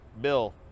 Bill